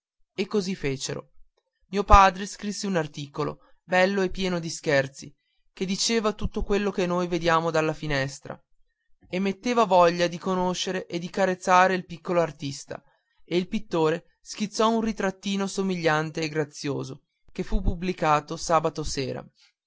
e così fecero mio padre scrisse un articolo bello e pieno di scherzi che diceva tutto quello che noi vediamo dalla finestra e metteva voglia di conoscere e di carezzare il piccolo artista e il pittore schizzò un ritrattino somigliante e grazioso che fu pubblicato sabato sera